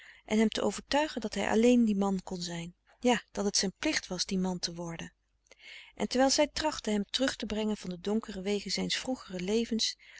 en hem te overtuigen dat hij alleen die man kon zijn ja dat het zijn plicht was die man te worden en terwijl zij trachtte hem terug te brengen van de donkere wegen zijns vroegeren levens